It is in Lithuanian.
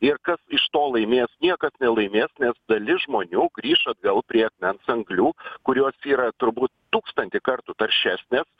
ir kas iš to laimės niekas nelaimės nes dalis žmonių grįš atgal prie akmens anglių kurios yra turbūt tūkstantį kartų taršesnės